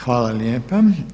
Hvala lijepa.